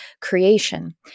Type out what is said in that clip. creation